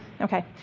okay